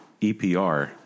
EPR